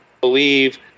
believe